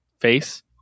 face